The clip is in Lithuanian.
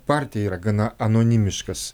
partija yra gana anonimiškas